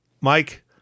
mike